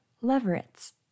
leverets